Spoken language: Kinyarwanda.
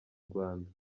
rwanda